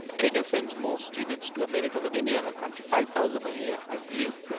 ah kenya sends more students to america than any other country five thousand a year, i believe.